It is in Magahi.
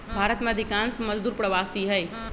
भारत में अधिकांश मजदूर प्रवासी हई